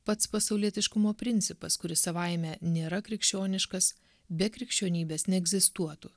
pats pasaulietiškumo principas kuris savaime nėra krikščioniškas be krikščionybės neegzistuotų